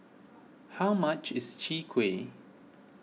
how much is Chwee Kueh